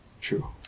true